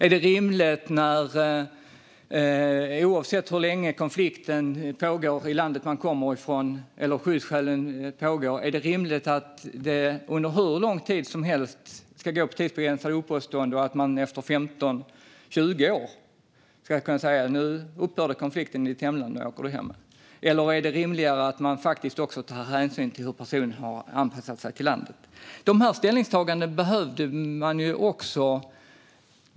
Är det rimligt, oavsett hur länge konflikten pågår i det land som en person kommer ifrån eller att det finns asylskäl, att personen under hur lång tid som helst ska gå på tidsbegränsade uppehållstillstånd? Efter 15-20 år ska man kunna säga: Nu upphörde konflikten i ditt hemland, och nu åker du hem. Eller är det rimligare att man tar hänsyn till hur personen har anpassat sig till landet?